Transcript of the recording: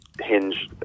hinge